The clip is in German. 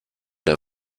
der